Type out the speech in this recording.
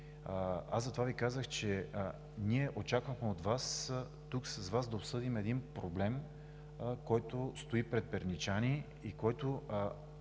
Затова Ви казах, че ние очаквахме тук с Вас да обсъдим един проблем, който стои пред перничани – вижда